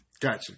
Gotcha